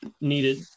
needed